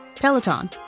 Peloton